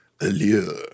allure